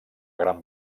gran